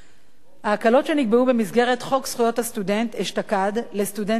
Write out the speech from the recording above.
ההקלות שנקבעו במסגרת חוק זכויות הסטודנט לסטודנטיות בהיריון,